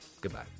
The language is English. Goodbye